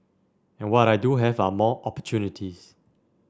and what I do have are more opportunities